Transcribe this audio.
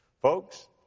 Folks